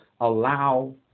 allow